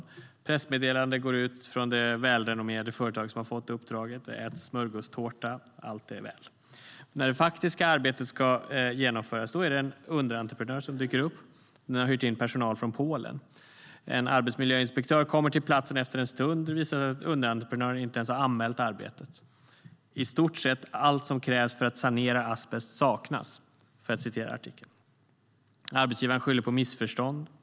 Ett pressmeddelande går ut från det välrenommerade företag som har fått uppdraget. Det äts smörgåstårta. Allt är väl. Men när det faktiska arbetet ska genomföras är det en underentreprenör som dyker upp. Man har hyrt in personal från Polen. En arbetsmiljöinspektör kommer till platsen efter en stund. Det visar sig att underentreprenören inte ens har anmält arbetet. "I stort sett allt som krävs för att sanera asbest saknas", för att citera artikeln. Arbetsgivaren skyller på missförstånd.